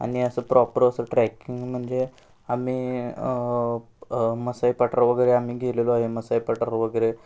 आणि असं प्रॉपर असं ट्रॅकिंग म्हणजे आम्ही मसाई पठार वगैरे आम्ही गेलेलो आहे मसाई पठार वगैरे